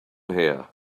here